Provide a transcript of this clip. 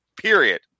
Period